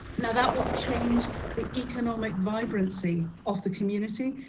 now, that will change the economic vibrancy of the community.